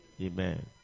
Amen